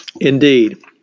Indeed